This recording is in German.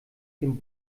dem